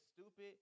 stupid